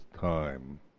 time